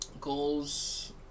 Goals